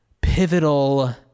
pivotal